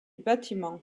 bâtiment